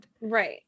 Right